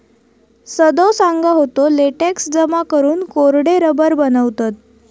सदो सांगा होतो, लेटेक्स जमा करून कोरडे रबर बनवतत